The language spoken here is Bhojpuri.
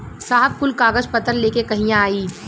साहब कुल कागज पतर लेके कहिया आई?